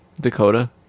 Dakota